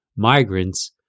migrants